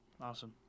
Awesome